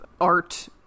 art